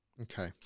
Okay